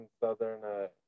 Southern